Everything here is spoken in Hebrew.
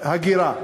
הגירה.